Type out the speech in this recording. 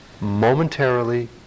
Momentarily